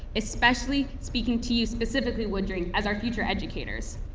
especially speaking to you specifically, woodring as our future educators.